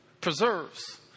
preserves